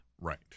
Right